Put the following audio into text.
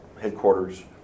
headquarters